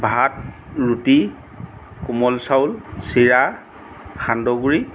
ভাত ৰুটি কোমল চাউল চিৰা সান্দহ গুৰি